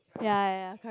ya ya ya correct